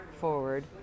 forward